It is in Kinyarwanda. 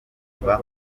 kuva